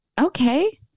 Okay